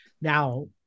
Now